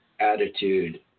attitude